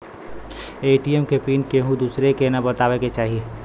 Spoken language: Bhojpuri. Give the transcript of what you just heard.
ए.टी.एम के पिन केहू दुसरे के न बताए के चाही